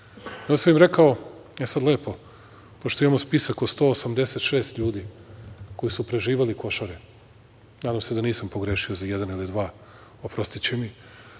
sam im rekao - e sad lepo, pošto imamo spisak od 186 ljudi koji su preživeli Košare, nadam se da nisam pogrešio za jedan ili dva, oprostiće mi,